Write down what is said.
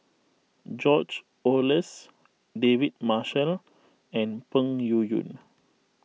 George Oehlers David Marshall and Peng Yuyun